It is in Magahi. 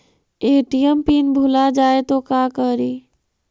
ए.टी.एम पिन भुला जाए तो का करी?